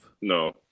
No